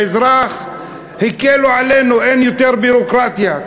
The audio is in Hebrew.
האזרח, הקלו עלינו, אין יותר ביורוקרטיה.